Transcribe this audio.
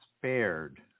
spared